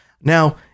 Now